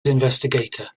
investigator